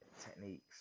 techniques